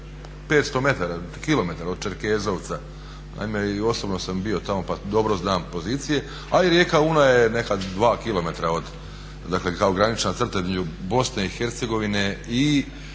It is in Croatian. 500 metara, 1 km od Čerkezovaca. Naime i osobno sam bio tamo pa dobro znam pozicije, a i rijeka Una je neka 2 km, dakle kao granična crta između BiH i Hrvatske kao